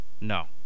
No